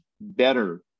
better